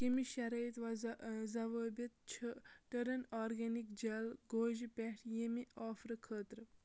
کَمہِ شرٲیط وضہ ضوٲبط چھِ ٹٔرٕن آرگینِک جیل گوجہِ پٮ۪ٹھ ییٚمہِ آفرٕ خٲطرٕ